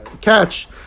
catch